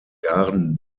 garden